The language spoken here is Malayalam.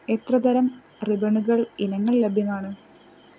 എത്ര തരം റിബണുകൾ ഇനങ്ങൾ ലഭ്യമാണ്